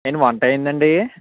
ఏంటి వంట అయిందా అండి